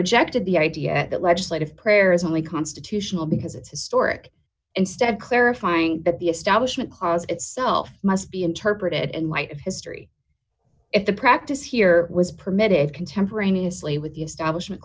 rejected the idea that legislative prayer is only constitutional because it's historic instead clarifying that the establishment clause itself must be interpreted in light of history if the practice here was permitted contemporaneously with the establishment